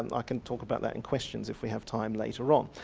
and i can talk about that in questions if we have time later on.